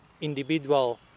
individual